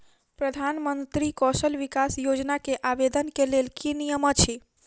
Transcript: प्रधानमंत्री कौशल विकास योजना केँ आवेदन केँ लेल की नियम अछि?